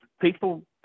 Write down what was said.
people